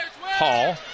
Hall